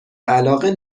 علاقه